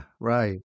right